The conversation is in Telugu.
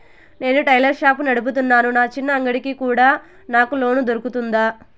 నేను టైలర్ షాప్ నడుపుతున్నాను, నా చిన్న అంగడి కి కూడా నాకు లోను దొరుకుతుందా?